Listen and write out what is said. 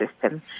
system